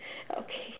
okay